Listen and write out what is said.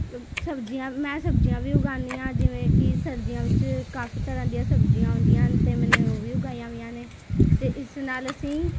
ਸਬਜ਼ੀਆਂ ਮੈਂ ਸਬਜ਼ੀਆਂ ਵੀ ਉਗਾਉਂਦੀ ਹਾਂ ਜਿਵੇਂ ਕਿ ਸਰਦੀਆਂ ਵਿੱਚ ਕਾਫ਼ੀ ਤਰ੍ਹਾਂ ਦੀਆਂ ਸਬਜ਼ੀਆਂ ਆਉਂਦੀਆਂ ਹਨ ਅਤੇ ਮੇਨੇ ਉਹ ਵੀ ਉਗਾਈਆਂ ਵੀਆਂ ਨੇ ਅਤੇ ਇਸ ਨਾਲ ਅਸੀਂ